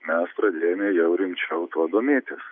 mes pradėjome jau rimčiau tuo domėtis